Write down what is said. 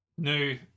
New